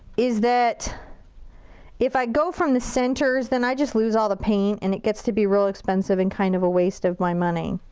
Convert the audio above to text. is that if i go from the centers then i just lose all the paint and it gets to be real expensive and kind of a waste of my money.